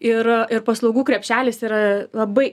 ir ir paslaugų krepšelis yra labai